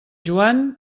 joan